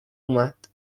اومد